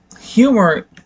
humor